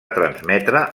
transmetre